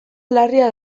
larria